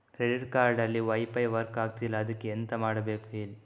credit card ಅಲ್ಲಿ wifi work ಆಗ್ತಿಲ್ಲ ಅದ್ಕೆ ಎಂತ ಮಾಡಬೇಕು ಹೇಳಿ